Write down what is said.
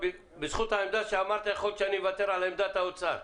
בזכות העמדה שאמרת יכול להיות שאני אוותר על עמדת האוצר.